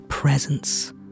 Presence